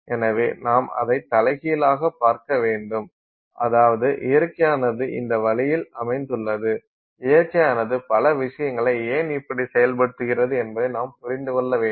எனவே நாம் அதை தலைகீழாக பார்க்க வேண்டும் அதாவது இயற்கையானது இந்த வழியில் அமைத்துள்ளது இயற்கையானது பல விஷயங்களை ஏன் இப்படி செயல்படுத்துகிறது என்பதை நாம் புரிந்து கொள்ள வேண்டும்